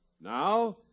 Now